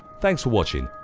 thanks for watching!